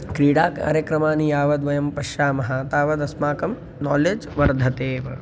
क्रीडाकार्यक्रमाणि यावद्वयं पश्यामः तावदस्माकं नालेज् वर्धतेव